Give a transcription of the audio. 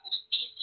justicia